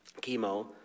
chemo